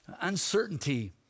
Uncertainty